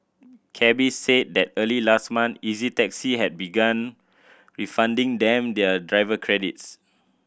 cabbies said that early last month Easy Taxi had began refunding them their driver credits